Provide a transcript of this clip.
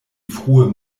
frue